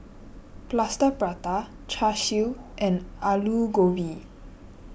Plaster Prata Char Siu and Aloo Gobi